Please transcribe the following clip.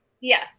Yes